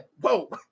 whoa